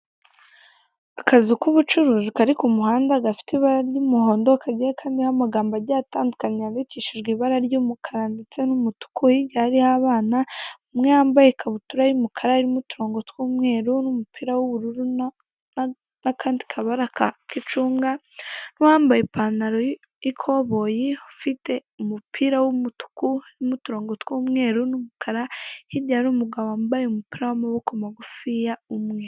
Akazu k'ubucuruzi Kari kumuhanda gafite ibara ry'umuhondo kagiye kariho amagambo atandukanye yandikishijwe ibara ry'umukara ndetse hariho abana, umwe yambaye ikabutura y'umukara uturongo tw'umweru n'umupira w'ubururu n'akandi kabara kicunga, n'uwambaye ipantaro y'ikoboyi ifite umupira w'umutuku urimo uturongo tw'umweru n'umukara, hirya hari umugabo wambaye umupira wamaboko magufiya umwe.